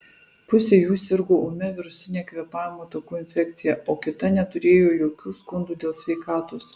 pusė jų sirgo ūmia virusine kvėpavimo takų infekcija o kita neturėjo jokių skundų dėl sveikatos